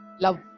love